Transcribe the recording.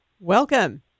Welcome